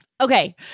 Okay